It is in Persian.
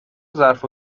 ظرف